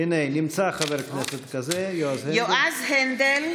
הינה, נמצא חבר כנסת כזה, יועז הנדל.